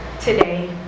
today